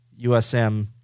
USM